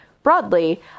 Broadly